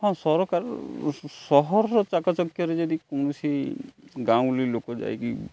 ହଁ ସରକାର ସହରର ଚାକଚକ୍ୟରେ ଯଦି କୌଣସି ଗାଉଁଲି ଲୋକ ଯାଇକି